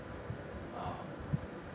ah